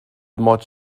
much